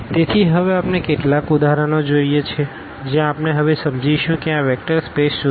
તેથી હવે આપણે કેટલાક ઉદાહરણો જોઈએ છીએ જ્યાં આપણે હવે સમજીશું કે આ વેક્ટર સ્પેસ શું છે